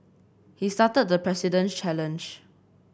he started the President's challenge